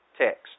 text